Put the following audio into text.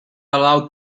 allowed